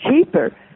cheaper